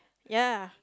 ya